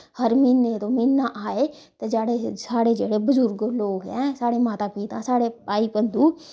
हर म्हीने तू म्हीना आए ते साढ़े जेह्ड़े बजुर्ग लोग ऐं साढ़े माता पिता साढ़े भाई बंधु